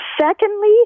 secondly